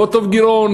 לא טוב גירעון,